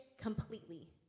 completely